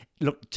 look